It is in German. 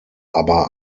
aber